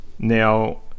Now